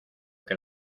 que